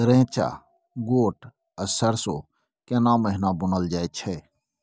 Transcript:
रेचा, गोट आ सरसो केना महिना बुनल जाय छै?